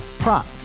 Prop